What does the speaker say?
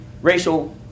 racial